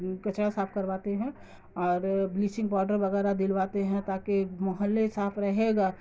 کچڑا صاف کرواتے ہیں اور بلیچنگ پاؤڈر وغیرہ دلواتے ہیں تاکہ محلے صاف رہے گا